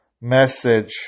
message